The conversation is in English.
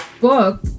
book